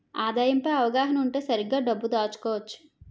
ఆదాయం పై అవగాహన ఉంటే సరిగ్గా డబ్బు దాచుకోవచ్చు